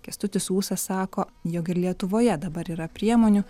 kęstutis ūsas sako jog ir lietuvoje dabar yra priemonių